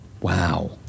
Wow